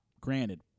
Granted